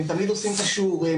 הם תמיד עושים את השיעורים,